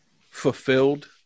fulfilled